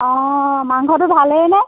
অঁ মাংসটো ভালেই নে